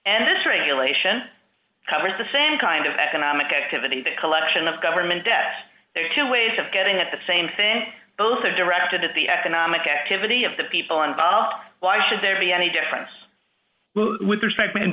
and this regulation covers the same kind of economic activity the collection of government debt there are two ways of getting at the same thing both are directed at the economic activity of the people involved why should there be any difference with respect and